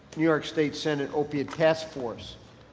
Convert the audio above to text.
new york state senate opiate task force.